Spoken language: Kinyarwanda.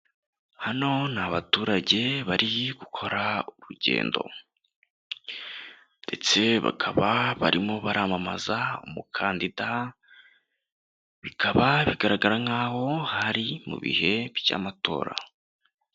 Hano ni abaturage bari gukora urugendo, ndetse bakaba barimo baramamaza umukandida, bikaba bigaragara nk'aho hari mu bihe by'amatora.